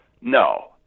no